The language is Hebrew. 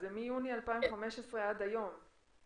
אז זה מיוני 2015 עד היום?